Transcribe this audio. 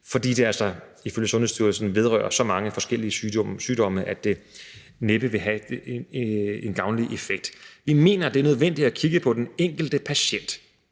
fordi det altså ifølge Sundhedsstyrelsen vedrører så mange forskellige sygdomme, at det næppe vil have en gavnlig effekt. Vi mener, det er nødvendigt at kigge på den enkelte patient.